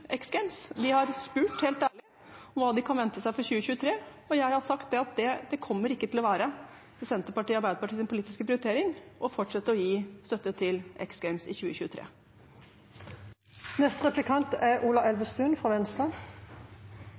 De har spurt, helt ærlig, om hva de kan vente seg for 2023, og jeg har sagt at det kommer ikke til å være Senterpartiets og Arbeiderpartiets politiske prioritering å fortsette å gi støtte til X Games i 2023. Statsråden er